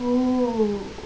oh